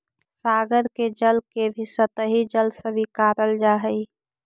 सागर के जल के भी सतही जल स्वीकारल जा हई